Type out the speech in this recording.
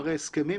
הרי הסכמים,